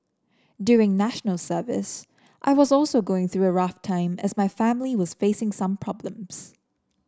during National Service I was also going through a rough time as my family was facing some problems